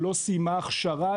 שלא סיימה הכשרה,